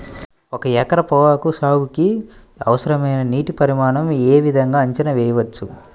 ఒక ఎకరం పొగాకు సాగుకి అవసరమైన నీటి పరిమాణం యే విధంగా అంచనా వేయవచ్చు?